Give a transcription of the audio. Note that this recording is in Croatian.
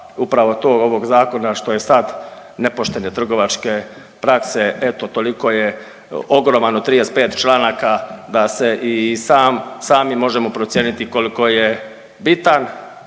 upravo tog, ovog Zakona što je sad nepoštene trgovačke prakse, eto toliko je ogroman, od 35 članaka da se i sam, sami možemo procijeniti koliko je bitan,